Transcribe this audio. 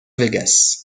vegas